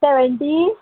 seventy